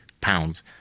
pounds